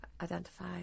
identify